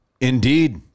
Indeed